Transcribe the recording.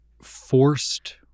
forced